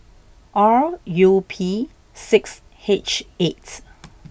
R U P six H eight